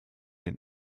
den